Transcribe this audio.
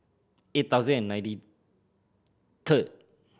eight thousand and ninety third